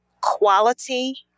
quality